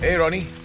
yeah ronnie.